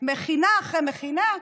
מכינה אחרי מכינה,